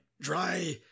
Dry